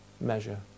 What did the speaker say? measure